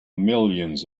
millions